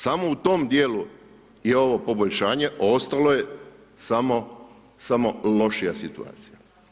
Samo u tom dijelu je ovo poboljšanje, a ostalo je samo lošija situacija.